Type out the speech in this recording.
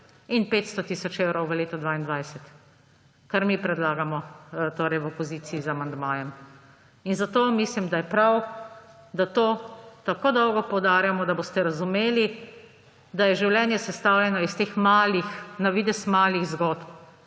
in 500 tisoč evrov v letu 2022, kar mi, v opoziciji predlagamo z amandmajem. Zato mislim, da je prav, da to tako dolgo poudarjamo, da boste razumeli, da je življenje sestavljeno iz teh malih, na videz malih zgodb,